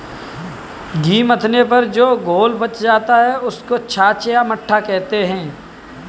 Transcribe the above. घी मथने पर जो घोल बच जाता है, उसको छाछ या मट्ठा कहते हैं